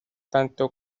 tanto